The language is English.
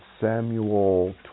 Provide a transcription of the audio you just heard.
Samuel